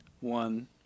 one